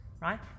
right